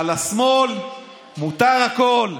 אבל לשמאל מותר הכול,